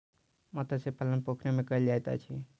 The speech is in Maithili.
मत्स्य पालन पोखैर में कायल जाइत अछि